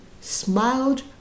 smiled